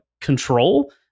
control